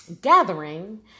gathering